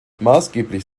maßgeblich